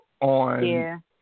on